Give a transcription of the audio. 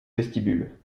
vestibule